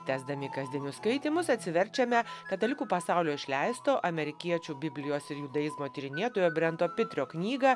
tęsdami kasdienius skaitymus atsiverčiame katalikų pasaulio išleisto amerikiečių biblijos ir judaizmo tyrinėtojo brento pitrio knygą